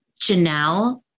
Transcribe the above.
Janelle